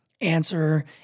answer